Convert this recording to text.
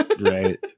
Right